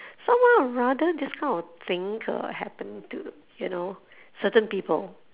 someone would rather this kind of thing uh happen to you know certain people